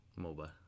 moba